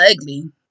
ugly